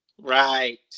Right